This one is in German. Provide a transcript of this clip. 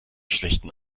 schlechten